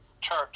church